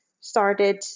started